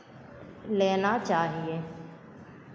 लेना चाहिए